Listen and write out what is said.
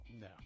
No